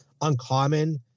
uncommon